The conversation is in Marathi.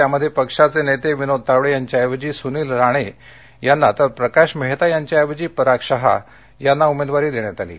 त्यामध्ये पक्षाचे नेते विनोद तावडे यांच्याऐवजी सूनील राणे यांना तर प्रकाश मेहता यांच्याऐवजी पराग शहा यांना उमेदवारी देण्यात आली आहे